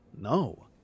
No